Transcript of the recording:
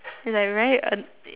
is like very an~